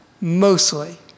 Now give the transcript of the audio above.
mostly